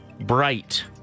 bright